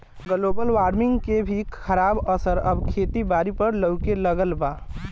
global warming के भी खराब असर अब खेती बारी पर लऊके लगल बा